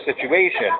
situation